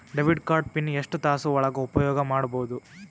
Debit card PIN ಎಷ್ಟ ತಾಸ ಒಳಗ ಉಪಯೋಗ ಮಾಡ್ಬಹುದು?